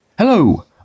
Hello